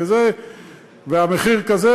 והמחיר כזה,